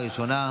שני נמנעים.